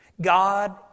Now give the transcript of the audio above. God